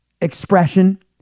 expression